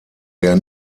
der